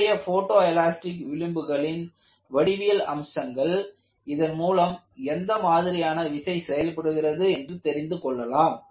இன்றைய photoelastic விளிம்புகளின் வடிவியல் அம்சங்கள் இதன் மூலம் எந்த மாதிரியான விசை செயல்படுகிறது என்று தெரிந்துகொள்ளலாம்